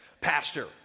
pastor